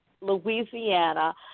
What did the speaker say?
Louisiana